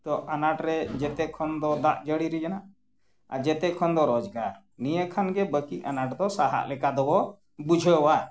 ᱛᱚ ᱟᱱᱟᱴ ᱨᱮ ᱡᱚᱛᱚ ᱠᱷᱚᱱ ᱫᱚ ᱫᱟᱜ ᱡᱟᱹᱲᱤ ᱨᱮᱱᱟᱜ ᱟᱨ ᱡᱚᱛᱚ ᱠᱷᱚᱱ ᱫᱚ ᱨᱚᱡᱜᱟᱨ ᱱᱤᱭᱟᱹ ᱠᱷᱟᱱᱜᱮ ᱵᱟᱹᱠᱤ ᱟᱱᱟᱴ ᱫᱚ ᱥᱟᱦᱟᱜ ᱞᱮᱠᱟ ᱫᱚᱵᱚ ᱵᱩᱡᱷᱟᱹᱣᱟ